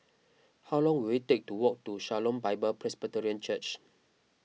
how long will it take to walk to Shalom Bible Presbyterian Church